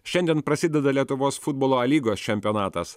šiandien prasideda lietuvos futbolo a lygos čempionatas